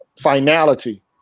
finality